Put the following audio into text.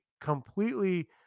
completely